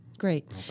Great